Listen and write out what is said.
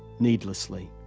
needlessly.